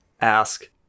ask